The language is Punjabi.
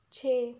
ਛੇ